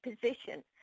position